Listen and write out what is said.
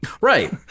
Right